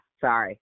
Sorry